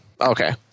Okay